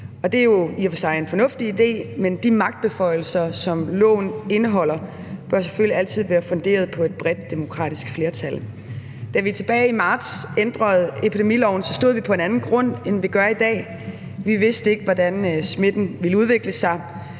for sig en fornuftig idé, men de magtbeføjelser, som loven indeholder, bør selvfølgelig altid være funderet på et bredt demokratisk flertal. Da vi tilbage i marts ændrede epidemiloven, stod vi på en anden grund, end vi gør i dag. Vi vidste ikke, hvordan smitten ville udvikle sig,